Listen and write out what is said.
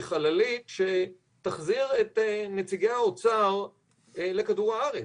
חללית שתחזיר את נציגי האוצר לכדור הארץ,